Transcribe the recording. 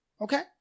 Okay